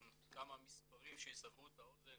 כמה מספרים שיסברו את האוזן